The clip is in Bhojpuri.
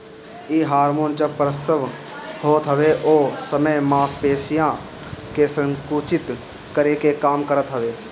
इ हार्मोन जब प्रसव होत हवे ओ समय मांसपेशियन के संकुचित करे के काम करत हवे